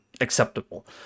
acceptable